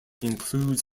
includes